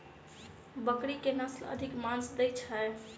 बकरी केँ के नस्ल अधिक मांस दैय छैय?